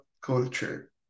culture